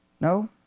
no